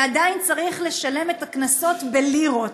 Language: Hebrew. ועדיין צריך לשלם את הקנסות בלירות.